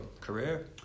career